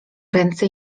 ręce